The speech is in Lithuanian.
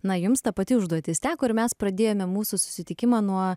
na jums ta pati užduotis teko ir mes pradėjome mūsų susitikimą nuo